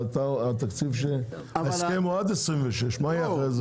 אבל ההסכם הוא עד 26', מה יהיה אחרי זה?